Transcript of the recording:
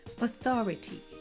authority